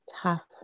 tough